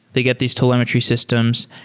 they get these telemetry systems,